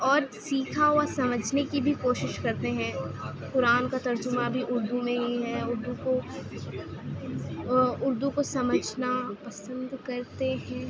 اور سيكھا ہُوا سمجھنے كى بھى كوشش كرتے ہیں قرآن کا ترجمہ بھی اردو میں ہی ہے اردو کو اردو کو سمجھنا پسند کرتے ہیں